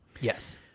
Yes